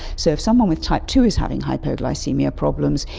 so if someone with type two is having hypoglycaemia problems,